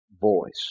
voice